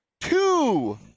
two